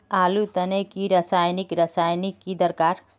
आलूर तने की रासायनिक रासायनिक की दरकार?